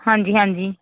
ਹਾਂਜੀ ਹਾਂਜੀ